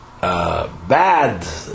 bad